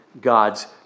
God's